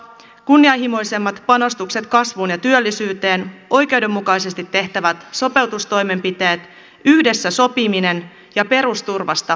kunnianhimoisemmat panostukset kasvuun ja työllisyyteen oikeudenmukaisesti tehtävät sopeutustoimenpiteet yhdessä sopiminen ja perusturvasta huolehtiminen